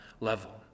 level